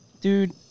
Dude